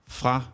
fra